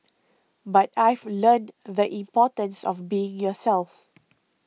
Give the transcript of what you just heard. but I've learnt the importance of being yourself